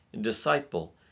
disciple